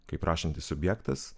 kaip prašantis subjektas